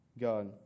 God